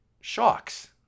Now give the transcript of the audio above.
shocks